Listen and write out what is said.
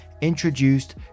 introduced